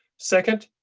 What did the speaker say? second,